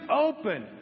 open